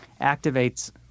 activates